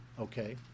Okay